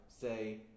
say